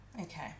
Okay